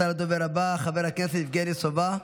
הדובר הבא, חבר הכנסת יבגני סובה,